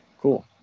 Cool